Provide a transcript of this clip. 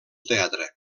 teatre